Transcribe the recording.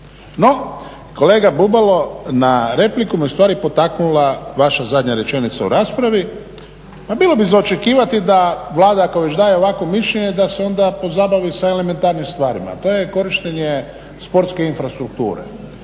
No, kolega Bubalo na repliku me u stvari potaknula vaša zadnja rečenica u raspravi. Pa bilo bi za očekivati da Vlada ako već daje ovakvo mišljenje da se onda pozabavi sa elementarnim stvarima, a to je korištenje sportske infrastrukture.